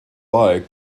ball